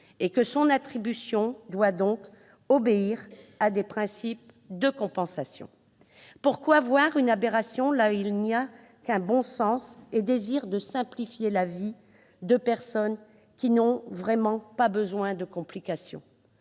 Son attribution doit donc obéir à des principes de compensation. Pourquoi voir une aberration là où il n'y a que bon sens et désir de simplifier la vie de personnes qui n'ont vraiment pas besoin de complications ?